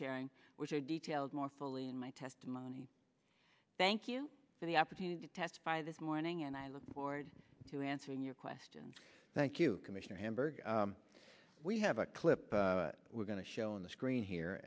sharing which are detailed more fully in my testimony thank you for the opportunity to testify this morning and i look forward to answering your question thank you commissioner hamburg we have a clip we're going to show on the screen here